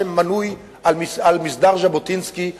אשר מנוי עם מסדר ז'בוטינסקי,